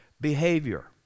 behavior